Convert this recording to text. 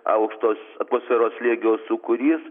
aukštos atmosferos slėgio sūkurys